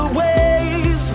ways